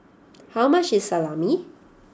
how much is Salami